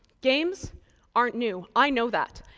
games aren't new, i know that.